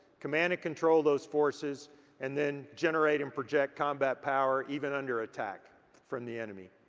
command and control those forces and then generate and project combat power even under attack from the enemy.